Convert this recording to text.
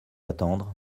attendre